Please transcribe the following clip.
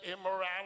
immorality